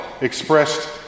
expressed